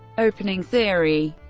opening theory